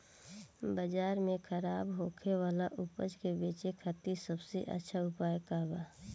बाजार में खराब होखे वाला उपज के बेचे खातिर सबसे अच्छा उपाय का बा?